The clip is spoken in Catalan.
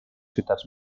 ciutats